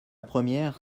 première